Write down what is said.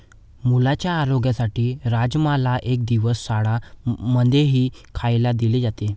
मुलांच्या आरोग्यासाठी राजमाला एक दिवस शाळां मध्येही खायला दिले जाते